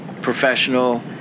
professional